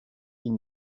ils